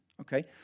okay